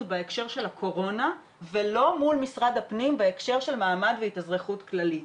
בהקשר של הקורונה ולא מול משרד הפנים בהקשר של מעמד והתאזרחות כללית.